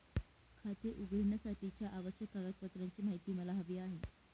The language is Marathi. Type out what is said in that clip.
खाते उघडण्यासाठीच्या आवश्यक कागदपत्रांची माहिती मला हवी आहे